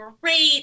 great